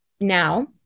Now